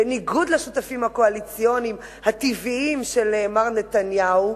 בניגוד לשותפים הקואליציוניים הטבעיים של מר נתניהו,